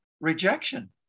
Rejection